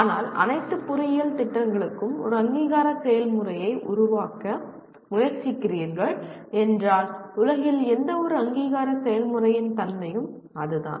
ஆனால் அனைத்து பொறியியல் திட்டங்களுக்கும் ஒரு அங்கீகார செயல்முறையை உருவாக்க முயற்சிக்கிறீர்கள் என்றால் உலகில் எந்தவொரு அங்கீகார செயல்முறையின் தன்மையும் அதுதான்